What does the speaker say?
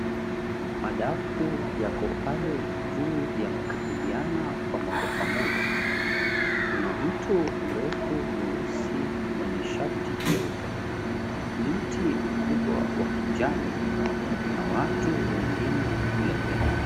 Madafu yako pale juu yamekaribiana pamoja pamoja, kuna mtu mrefu mweusi mwenye shati jeupe, mti mkubwa wa kijani, na watu wengine kule mbele.